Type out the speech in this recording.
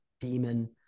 demon